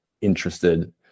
interested